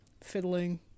fiddling